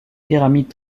pyramides